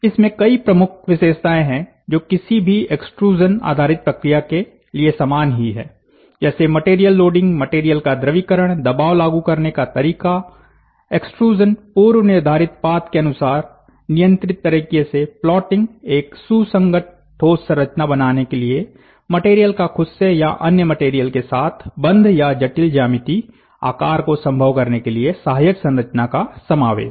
इसमें कई प्रमुख विशेषताएं हैं जो किसी भी एक्सट्रूज़नआधारित प्रक्रिया के लिए समान ही है जैसे मटेरियल लोडिंग मटेरियल का द्रविकरण दबाव लागू करने का तरीका एक्सट्रूज़न पूर्व निर्धारित पाथ के अनुसार नियंत्रित तरीके से प्लॉटिंग एक सुसंगत ठोस संरचना बनाने के लिए मटेरियल का खुद से या अन्य मटेरियल के साथ बंध या जटिल ज्यामिति आकार को संभव करने के लिए सहायक संरचना का समावेश